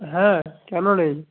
হ্যাঁ কেন নেই